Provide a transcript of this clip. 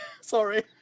Sorry